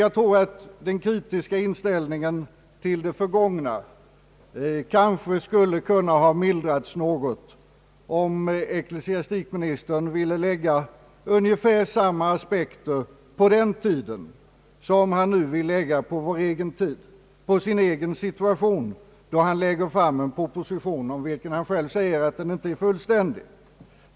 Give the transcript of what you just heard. Jag tror att den kritiska inställningen till det förgångna kanske skulle kunna mildras något, om ecklesiastikministern ville lägga ungefär samma aspekter på den tiden som han nu vill lägga på vår egen tid och på sin egen situation, då han presenterat en proposition, om vilken han själv säger att den inte är fullständig.